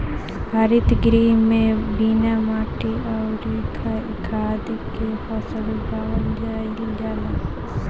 हरित गृह में बिना माटी अउरी खाद के फसल उगावल जाईल जाला